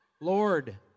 Lord